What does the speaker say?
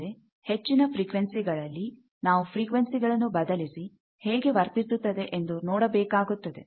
ಆದರೆ ಹೆಚ್ಚಿನ ಫ್ರಿಕ್ವೆನ್ಸಿಗಳಲ್ಲಿ ನಾವು ಫ್ರಿಕ್ವೆನ್ಸಿ ಗಳನ್ನು ಬದಲಿಸಿ ಹೇಗೆ ವರ್ತಿಸುತ್ತದೆ ಎಂದು ನೋಡಬೇಕಾಗುತ್ತದೆ